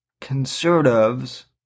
conservatives